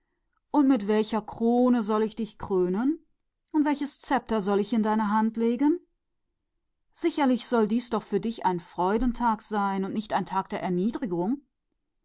und mit welcher krone soll ich dich krönen und welches zepter in deine hände legen wahrlich dies sollte für dich ein tag der freude sein und nicht der erniedrigung